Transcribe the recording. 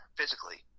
physically